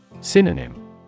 Synonym